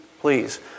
please